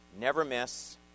never-miss